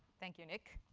thank you, nick.